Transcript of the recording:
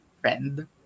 friend